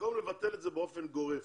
במקום לבטל את זה באופן גורף,